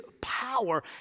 power